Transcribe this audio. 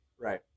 Right